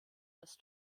das